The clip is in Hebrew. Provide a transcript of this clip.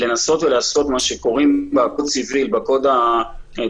לנסות לעשות מה שקוראים בקוד-סיביל ---,